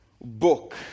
book